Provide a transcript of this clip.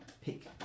pick